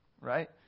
right